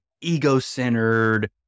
ego-centered